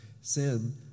sin